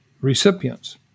recipients